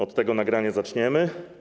Od tego nagrania zaczniemy.